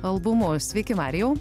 albumu sveiki marijau